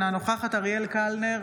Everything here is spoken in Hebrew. אינה נוכחת אריאל קלנר,